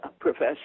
profession